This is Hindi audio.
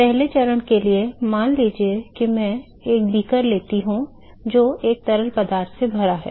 पहले चरण के लिए मान लीजिए कि मैं एक बीकर लेता हूं जो एक तरल पदार्थ से भरा होता है